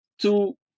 two